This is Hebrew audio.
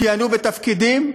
כיהנו בתפקידים,